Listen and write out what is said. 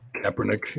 Kaepernick